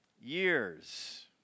years